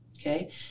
okay